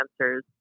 answers